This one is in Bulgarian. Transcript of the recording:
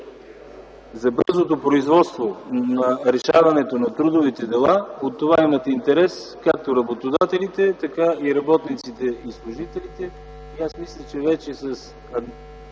за бързото производство на решаването на трудовите дела. От това имат интерес както работодателите, така и работниците и служителите. Аз мисля, че вече с